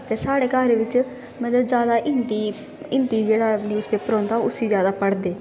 ते मतलब साढ़े घर बिच जादै हिंदी जेह्ड़ा न्यूज़पेपर औंदा उसी जादै पढ़दे